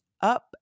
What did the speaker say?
up